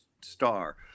star